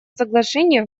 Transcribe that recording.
соглашения